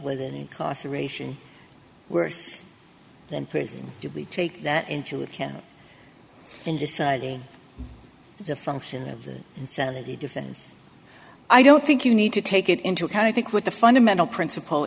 class ration worse than prison did we take that into account and deciding the function of the insanity defense i don't think you need to take it into a kind of think with the fundamental princip